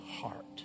heart